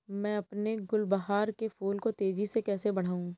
मैं अपने गुलवहार के फूल को तेजी से कैसे बढाऊं?